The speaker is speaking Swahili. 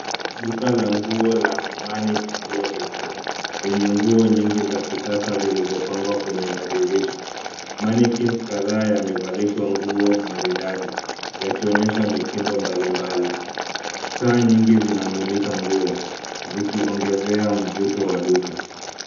Duka la nguo la manix Clothing store lenye nguo nyingi za kisasa zilizopangwa kwenye madirisha. Mannequins kadhaa yamevalishwa nguo maridadi yakionyesha mitindo mbalimbali. Taa nyingi zinamulika nguo zikiongezea mvuto wa duka.